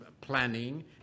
planning